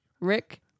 Rick